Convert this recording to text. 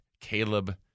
Caleb